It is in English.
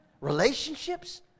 relationships